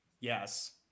Yes